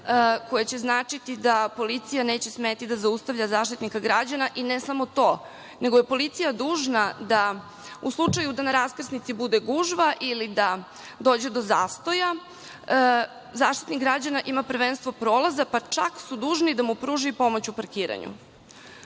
koje će značiti da policija neće smeti da zaustavlja Zaštitnika građana i ne samo to, nego je policija dužna da u slučaju da na raskrsnici bude gužva ili da dođe do zastoja, Zaštitnik građana ima prvenstvo prolaza, pa čak su dužni da mu pruže pomoć u parkiranju.O